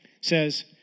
says